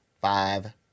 Five